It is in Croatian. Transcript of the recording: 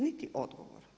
Niti odgovor.